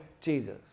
Jesus